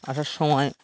আসার সময়